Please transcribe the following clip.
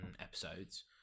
episodes